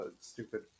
stupid